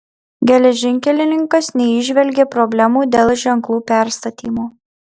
geležinkelininkas neįžvelgė problemų dėl ženklų perstatymo